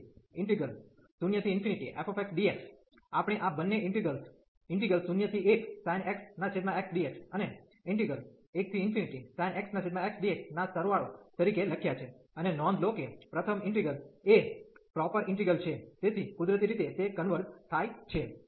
તેથી 0fxdx આપણે આ બંને ઇન્ટિગ્રેલ્સ 01sin x xdx અને 1sin x xdx ના સરવાળો તરીકે લખ્યાં છે અને નોંધ લો કે પ્રથમ ઇન્ટિગલ એ પ્રોપર ઈન્ટિગ્રલ છે તેથી કુદરતી રીતે તે કન્વર્ઝ થાય છે